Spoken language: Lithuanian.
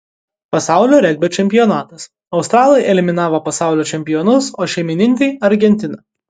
pasaulio regbio čempionatas australai eliminavo pasaulio čempionus o šeimininkai argentiną